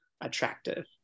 attractive